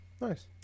nice